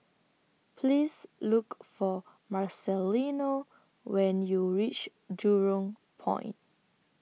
Please Look For Marcelino when YOU REACH Jurong Point